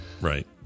right